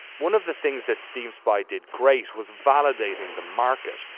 one of the things that steam spy did great was validating the market.